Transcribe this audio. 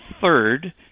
third